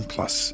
Plus